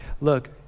look